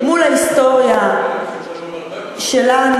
מול ההיסטוריה שלנו.